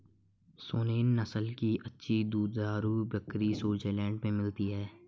Saanen नस्ल की अच्छी दुधारू बकरी स्विट्जरलैंड में मिलती है